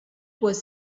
was